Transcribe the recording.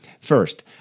First